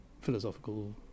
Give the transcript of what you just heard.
philosophical